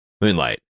Moonlight